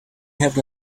have